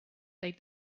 they